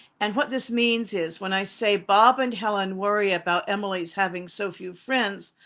and what this means is when i say, bob and helen worry about emily's having so few friends,